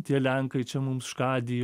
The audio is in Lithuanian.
tie lenkai čia mums škadijo